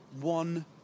one